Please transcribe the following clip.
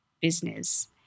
business